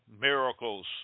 miracles